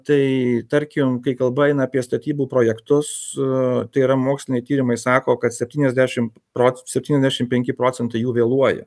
tai tarkim kai kalba eina apie statybų projektus tai yra moksliniai tyrimai sako kad septyniasdešimt proc septyniasdešimt penki procentai jų vėluoja